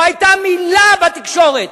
לא היתה מלה בתקשורת.